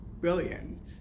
brilliant